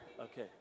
Okay